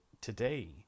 today